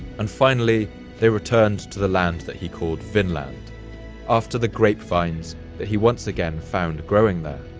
and finally they returned to the land that he called vinland after the grapevines that he once again found growing there.